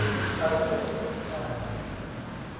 ᱟᱪᱪᱷᱟ ᱟᱪᱪᱷᱟ ᱟᱪᱪᱷᱟ ᱦᱮᱸ ᱦᱮᱸ